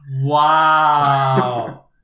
Wow